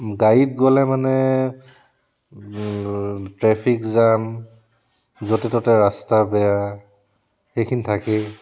গাড়ীত গ'লে মানে ট্ৰেফিক জাম য'তে ত'তে ৰাস্তা বেয়া সেইখিনি থাকেই